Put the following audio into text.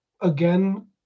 again